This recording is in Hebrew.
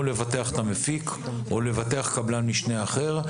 לבטח את המפיק או לבטח קבלן משנה אחר.